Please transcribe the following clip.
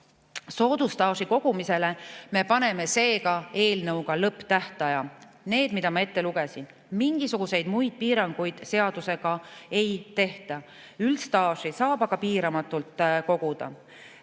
Soodusstaaži kogumisele me paneme seega eelnõuga lõpptähtajad, need, mida ma ette lugesin. Mingisuguseid muid piiranguid seadusega ei tehta. Üldstaaži saab aga piiramatult koguda.